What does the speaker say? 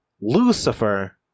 Lucifer